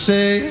say